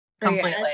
Completely